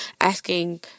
asking